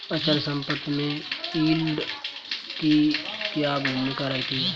अचल संपत्ति में यील्ड की क्या भूमिका रहती है?